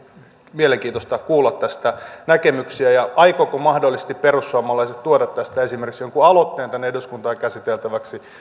mielenkiintoista kuulla näkemyksiä tästä ja siitä aikovatko mahdollisesti perussuomalaiset tuoda tästä esimerkiksi jonkun aloitteen eduskuntaan käsiteltäväksi